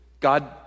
God